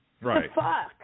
Right